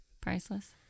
Priceless